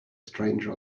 stranger